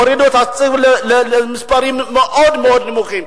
הורידו תקציב למספרים מאוד מאוד נמוכים.